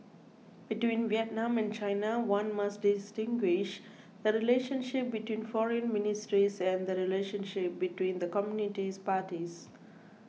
between Vietnam and China one must distinguish the relationship between foreign ministries and the relationship between the communist parties